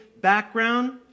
background